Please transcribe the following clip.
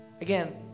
Again